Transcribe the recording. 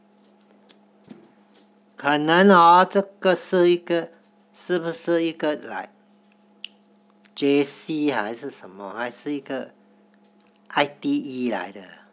可能 hor 这个是一个是不是一个 like J_C 还是什么还是一个 I_T_E